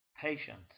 Patient